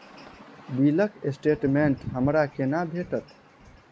बिलक स्टेटमेंट हमरा केना भेटत?